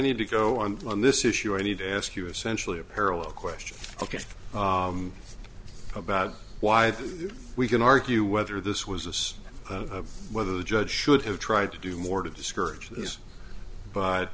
need to go on on this issue i need to ask you essentially a parallel question ok about why we can argue whether this was a source whether the judge should have tried to do more to discourage